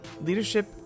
Leadership